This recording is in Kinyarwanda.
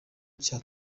cya